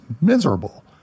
miserable